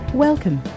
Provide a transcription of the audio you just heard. Welcome